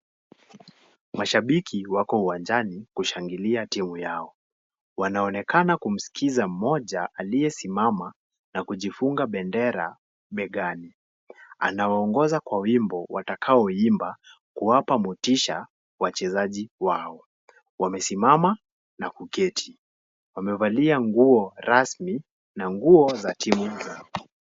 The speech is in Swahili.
Mashabiki wako uwanjani kushangilia timu yao. Wanaonekana kumskiza mmoja aliyesimama na kujifunga bendera begani. Anaongoza kwa wimbo watakaoimba kuwapa motisha wachezaji wao. Wamesimama na kuketi , wamevalia nguo rasmi na nguo za timu yao.